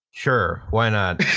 sure, why not.